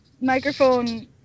microphone